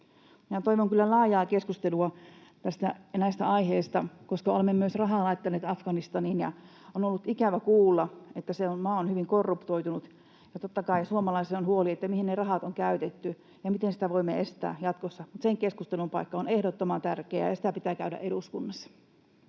toivon kyllä laajaa keskustelua näistä aiheista, koska olemme myös rahaa laittaneet Afganistaniin. On ollut ikävä kuulla, että se maa on hyvin korruptoitunut, ja totta kai suomalaisilla on huoli, mihin ne rahat on käytetty ja miten sitä voimme estää jatkossa. Sen keskustelun paikka on ehdottoman tärkeä, ja sitä pitää käydä eduskunnassa.